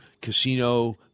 Casino